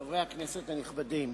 חברי הכנסת הנכבדים,